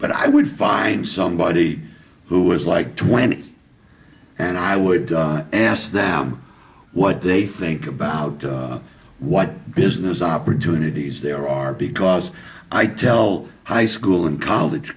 but i would find somebody who is like twenty and i would ask them what they think about what business opportunities there are because i tell high school and college